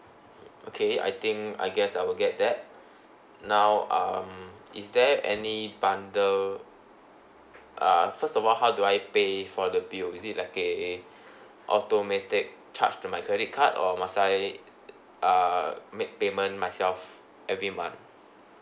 okay I think I guess I will get that now um is there any bundle uh first of all how do I pay for the bill is it like a automatic charge to my credit card or must I err make payment myself every month